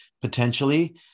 potentially